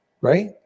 Right